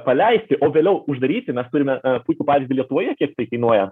paleisti o vėliau uždaryti mes turime puikų pavyzdį lietuvoje kiek tai kainuoja